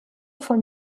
von